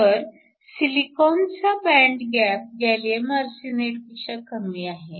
तर सिलिकॉनचा band gap gallium आर्सेनाईडपेक्षा कमी आहे